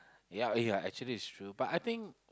ya eh ya actually it's true but I think